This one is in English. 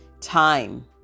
Time